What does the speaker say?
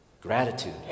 gratitude